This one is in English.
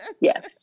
Yes